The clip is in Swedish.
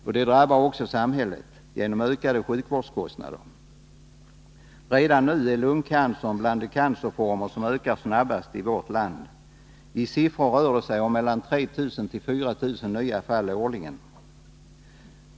Detta drabbar även samhället genom ökade sjukvårdskostnader. Redan nu är lungcancern en bland de cancerformer som ökar snabbast i vårt land. I siffror rör det sig om 3 000-4 000 nya fall årligen.